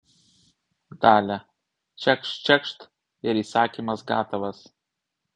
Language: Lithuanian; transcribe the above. dalia čekšt čekšt ir įsakymas gatavas